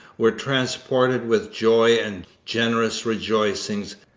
were transported with joy and generous rejoicings,